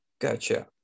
gotcha